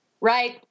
Right